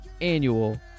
annual